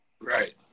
Right